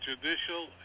judicial